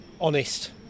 honest